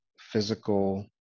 physical